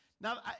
Now